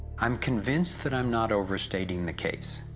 i'm convinced that i'm not overstating the case.